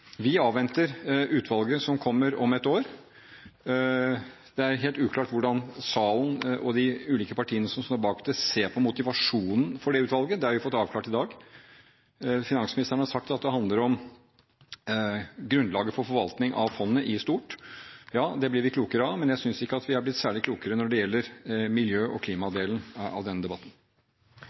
Vi avventer utvalgets konklusjon, som kommer om et år. Det har vært helt uklart hvordan salen og de ulike partiene som står bak det, ser på motivasjonen for det utvalget. Det har vi fått avklart i dag. Finansministeren har sagt at det handler om grunnlaget for forvaltning av fondet i stort. Ja, det blir vi klokere av, men jeg synes ikke vi er blitt særlig klokere av denne debatten når det gjelder miljø- og klimadelen.